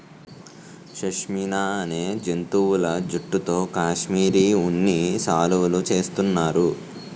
షష్మినా అనే జంతువుల జుట్టుతో కాశ్మిరీ ఉన్ని శాలువులు చేస్తున్నారు